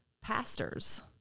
pastors